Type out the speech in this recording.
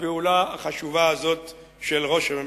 לפעולה החשובה הזאת של ראש הממשלה.